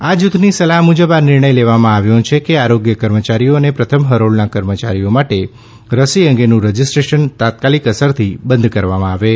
આ જૂથની સલાહ મુજબ આ નિર્ણય લેવામાં આવ્યા છે કે આરોગ્ય કર્મચારીઓ અને પ્રથમ હરોળનાં કર્મચારીઓ માટે રસી અંગેનું રજિસ્ટ્રેશન તાત્કાલિક અસરથી બંધ કરવામાં આવે છે